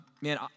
man